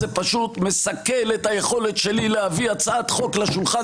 זה פשוט מסכל את היכולת שלי להביא הצעת חוק לשולחן